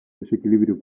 desequilibrio